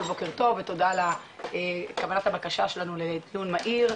בוקר טוב ותודה על קבלת הבקשה שלנו לדיון מהיר,